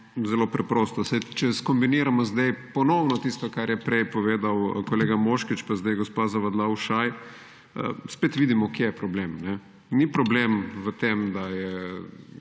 Zelo preprosto. Saj, če skombiniramo zdaj ponovno tisto, kar je prej povedal kolega Moškrič in zdaj gospa Zavadlav Ušaj, spet vidimo, kje je problem. Ni problem v tem, kako